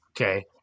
Okay